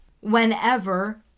whenever